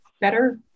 better